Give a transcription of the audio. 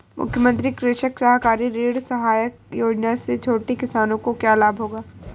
मुख्यमंत्री कृषक सहकारी ऋण सहायता योजना से छोटे किसानों को क्या लाभ होगा?